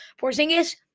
Porzingis